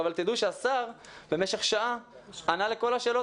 אבל תדעו שהשר במשך שעה ענה לכל השאלות